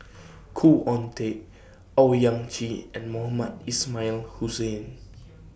Khoo Oon Teik Owyang Chi and Mohamed Ismail Hussain